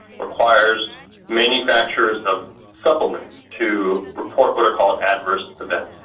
requires manufacturers of supplements to report what are called adverse events.